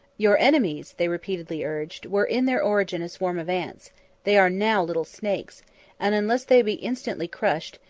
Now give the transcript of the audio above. your enemies, they repeatedly urged were in their origin a swarm of ants they are now little snakes and, unless they be instantly crushed,